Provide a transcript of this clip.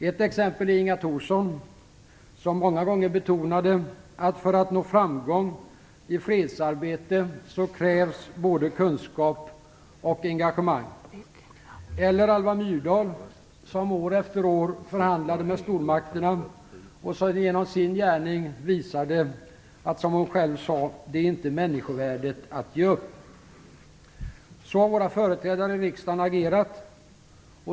Ett exempel är Inga Thorsson, som många gånger betonade att "för att nå framgång i fredsarbete krävs både kunskap och engagemang". Ett annat exempel är Alva Myrdal, som år efter år förhandlade med stormakterna och som genom sin gärning visade, som hon själv sade, att "det är inte människovärdigt att ge upp". Så har våra företrädare i riksdagen agerat.